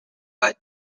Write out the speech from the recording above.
but